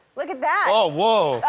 look at that. oh. whoa